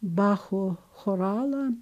bacho choralą